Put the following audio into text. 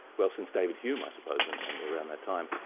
well, since david hume i suppose and and around that time,